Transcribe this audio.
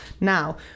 Now